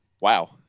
Wow